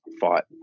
fought